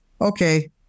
Okay